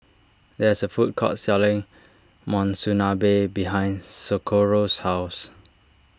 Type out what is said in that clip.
there is a food court selling Monsunabe behind Socorro's house